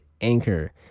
Anchor